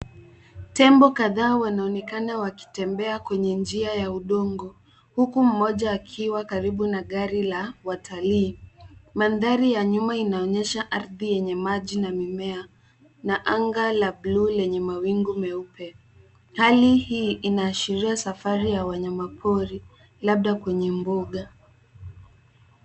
Tembo kadhaa wanaonekana wakitembea kwenye njia ya udongo ,huku mmoja akiwa karibu na gari la watalii. Nyuma inaonyesha ardhi yenye maji na mimea na anga la blue lenye mawingu meupe .Hali hii inaashiria safari ya wanyama pori labda kwenye mbuga.